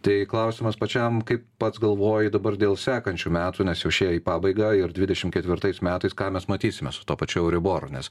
tai klausimas pačiam kaip pats galvoji dabar dėl sekančių metų nes jau šie į pabaigą ir dvidešimt ketvirtais metais ką mes matysime su tuo pačiu euriboru nes